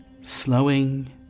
Slowing